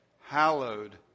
Hallowed